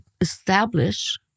establish